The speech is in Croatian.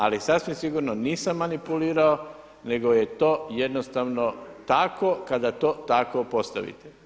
Ali sasvim sigurno nisam manipulirao nego je to jednostavno tako kada to tako postavite.